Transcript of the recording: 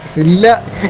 the left